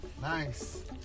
Nice